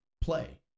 play